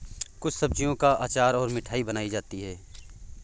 कुछ सब्जियों का अचार और मिठाई बनाई जाती है